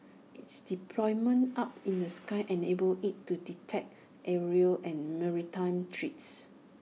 it's deployment up in the sky enables IT to detect aerial and maritime threats